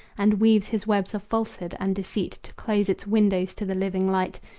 and weaves his webs of falsehood and deceit to close its windows to the living light,